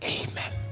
amen